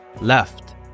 left